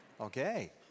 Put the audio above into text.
Okay